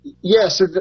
Yes